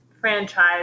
franchise